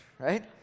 Right